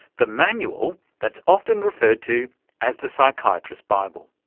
the manual that's often referred to as the psychiatrist's bible.